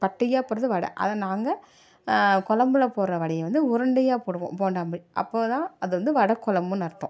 தட்டையாக போடுறது வடை அதை நாங்கள் குழம்புல போடுற வடையை வந்து உருண்டையாக போடுவோம் போண்டா மாதிரி அப்போது தான் அது வந்து வடை குழம்புன்னு அர்த்தம்